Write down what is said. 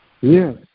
Yes